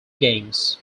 games